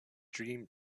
dream